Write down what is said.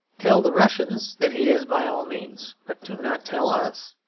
tell the russians that he is by all means but do not tell us.